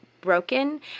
broken